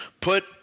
Put